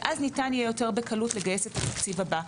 ואז יהיה ניתן לגייס יותר בקלות את התקציב הבא.